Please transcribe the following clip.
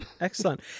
Excellent